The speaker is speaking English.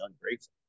ungrateful